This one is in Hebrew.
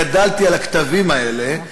גדלתי על הכתבים האלה,